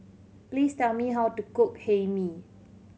please tell me how to cook Hae Mee